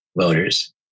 voters